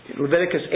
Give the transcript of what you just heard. Leviticus